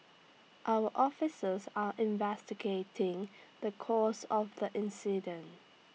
our officers are investigating the cause of the incident